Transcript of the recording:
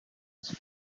source